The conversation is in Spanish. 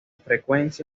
frecuencia